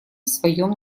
своем